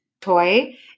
toy